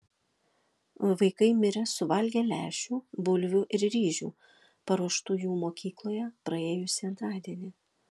vaikai mirė suvalgę lęšių bulvių ir ryžių paruoštų jų mokykloje praėjusį antradienį